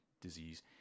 disease